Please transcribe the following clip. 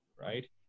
right